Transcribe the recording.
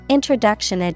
Introduction